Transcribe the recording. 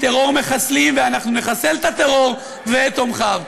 טרור מחסלים, ואנחנו נחסל את הטרור ואת תומכיו.